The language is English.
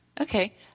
Okay